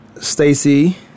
Stacy